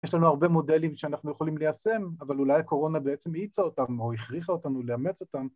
‫יש לנו הרבה מודלים ‫שאנחנו יכולים ליישם, ‫אבל אולי הקורונה בעצם האיצה אותם ‫או הכריחה אותנו לאמץ אותם.